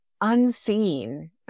unseen